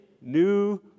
new